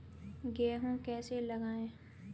गेहूँ कैसे लगाएँ?